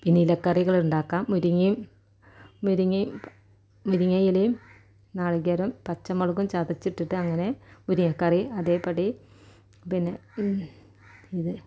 പിന്നെ ഇലക്കറികളുണ്ടാക്കാം മുരിങ്ങയും മുരിങ്ങയും മുരിങ്ങയിലയും നാളികേരം പച്ചമുളകും ചതച്ചിട്ടിട്ട് അങ്ങനെ മുരിങ്ങക്കറി അതേപടി പിന്നെ ഇത്